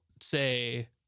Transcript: say